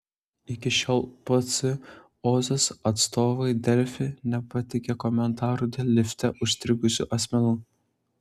iki šiol pc ozas atstovai delfi nepateikė komentaro dėl lifte užstrigusių asmenų